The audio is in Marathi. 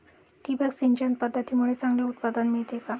ठिबक सिंचन पद्धतीमुळे चांगले उत्पादन मिळते का?